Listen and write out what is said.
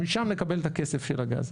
משם נקבל את כסף של הגז.